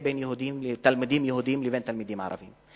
בין תלמידים יהודים לבין תלמידים ערבים.